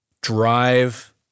drive